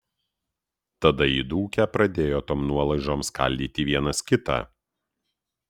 tada įdūkę pradėjo tom nuolaužom skaldyti vienas kitą